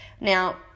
Now